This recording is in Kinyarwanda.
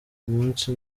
munsi